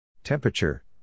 Temperature